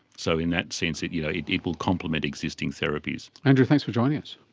so in that sense it you know yeah it will complement existing therapies. andrew, thanks for joining us.